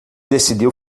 decidiu